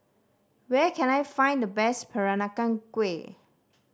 where can I find the best Peranakan Kueh